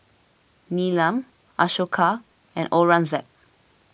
Neelam Ashoka and Aurangzeb